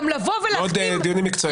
דיונים מקצועיים.